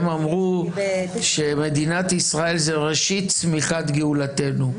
הם אמרו שמדינת ישראל זה ראשית צמיחת גאולתנו.